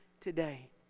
today